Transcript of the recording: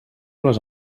les